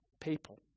people